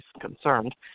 concerned